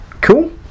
cool